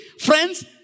Friends